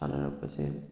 ꯁꯥꯟꯅꯔꯛꯄꯁꯦ